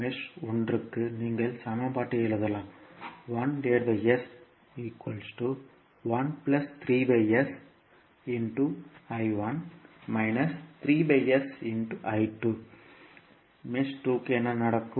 mesh 1 க்கு நீங்கள் சமன்பாட்டை எழுதலாம் மெஷ் 2 க்கு என்ன நடக்கும்